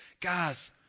Guys